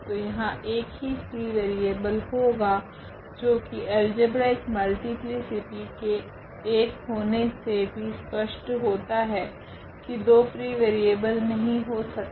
तो यहाँ एक ही फ्री वेरिएबल होगा जो की अल्जेब्रिक मल्टीप्लीसिटी के 1 होने से भी स्पष्ट होता है की दो फ्री वेरिएबल नहीं हो सकते